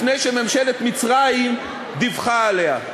לפני שממשלת מצרים דיווחה עליה.